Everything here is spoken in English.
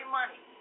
money